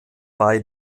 bei